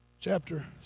Chapter